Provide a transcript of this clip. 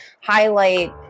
highlight